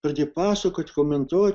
pradėjo pasakot komentuot